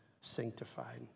sanctified